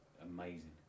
amazing